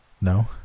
No